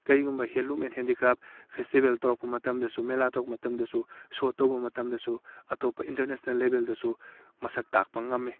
ꯀꯔꯤꯒꯨꯝꯕ handloom and handicraft festival ꯇꯧꯔꯛꯄ ꯃꯇꯝꯗꯁꯨ ꯃꯦꯂꯥ ꯇꯧꯔꯛꯄ ꯃꯇꯝꯗꯁꯨ ꯁꯣ ꯇꯧꯕ ꯃꯇꯝꯗꯁꯨ ꯑꯇꯣꯞꯄ ꯏꯟꯇꯔꯅꯦꯁꯅꯦꯜ ꯂꯦꯕꯦꯜꯗꯁꯨ ꯃꯁꯛ ꯇꯥꯛꯄ ꯉꯝꯃꯤ